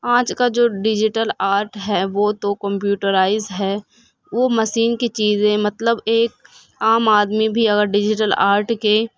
آج کا جو ڈجیٹل آرٹ ہے وہ تو کمپیوٹرائز ہے وہ مسین کی چیزیں مطلب ایک عام آدمی بھی اگر ڈجیٹل آرٹ کے